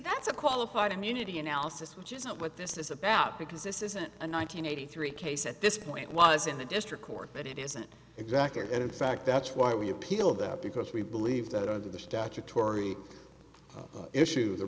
that's a qualified immunity analysis which is not what this is about because this isn't a nine hundred eighty three case at this point was in the district court but it isn't exactly and in fact that's why we appeal that because we believe that under the statutory issue the